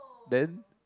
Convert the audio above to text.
then